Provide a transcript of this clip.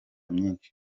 myinshi